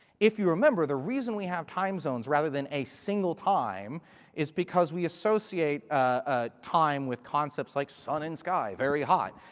if you remember the reason we have time zones rather than a single time is because we associate ah time with concepts like sun in the sky. very hot.